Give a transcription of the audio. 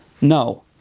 No